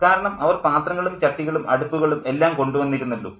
കാരണം അവർ പാത്രങ്ങളും ചട്ടികളും അടുപ്പുകളും എല്ലാം കൊണ്ടുവന്നിരുന്നല്ലോ